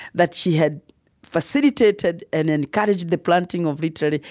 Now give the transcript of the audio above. that she had facilitated and encouraged the planting of, literally,